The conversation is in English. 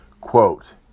Quote